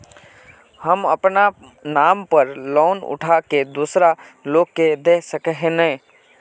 हम अपना नाम पर लोन उठा के दूसरा लोग के दा सके है ने